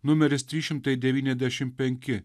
numeris trys šimtai devyniasdešim penki